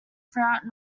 throughout